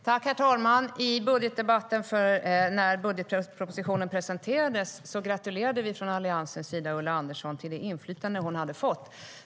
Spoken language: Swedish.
Herr talman! I budgetdebatten när budgetpropositionen presenterades gratulerade vi från Alliansens sida Ulla Andersson till det inflytande hon hade fått.